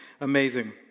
Amazing